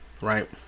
right